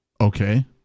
okay